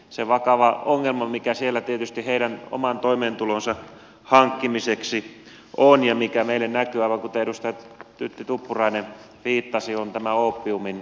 se vakava ongelma mikä siellä tietysti heidän oman toimeentulonsa hankkimisessa on ja mikä meille näkyy aivan kuten edustaja tytti tuppurainen viittasi on tämä oopiumin tuotanto